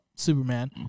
Superman